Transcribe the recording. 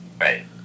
Right